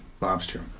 lobster